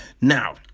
Now